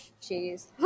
cheese